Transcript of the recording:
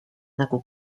nagu